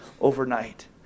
overnight